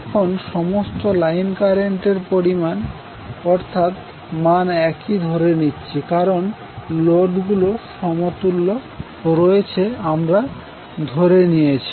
এখানে সমস্ত line current এর পরিমাণ অর্থাৎ মান একই ধরে নিচ্ছি কারণ লোড গুলো সমতুল্য রয়েছে আমরা ধরে নিয়েছি